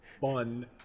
fun